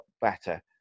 better